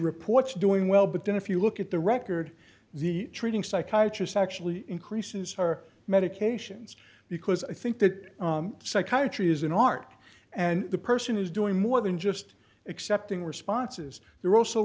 reports doing well but then if you look at the record the treating psychiatry's actually increases her medications because i think that psychiatry is an art and the person is doing more than just accepting responses they're also